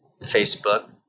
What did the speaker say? Facebook